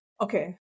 Okay